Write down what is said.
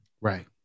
right